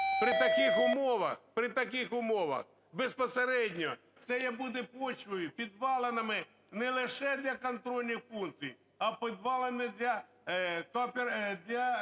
При таких умовах безпосередньо це буде почвой, підвалинами не лише для контрольних функцій, а підвалинами для